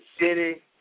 city